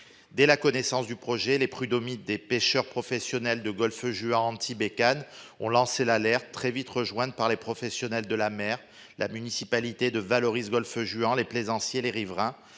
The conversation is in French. dès la connaissance du projet les prud'homie des pêcheurs professionnels de Golfe-Juan, Antibes et Cannes ont lancé l'alerte très vite rejointe par les professionnels de la mer, la municipalité de Vallauris Golfe-Juan les plaisanciers les riverains